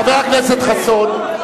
חבר הכנסת חסון,